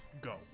go